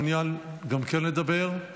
מעוניין גם כן לדבר,